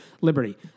Liberty